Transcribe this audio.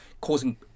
causing